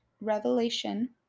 revelation